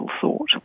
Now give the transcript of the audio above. thought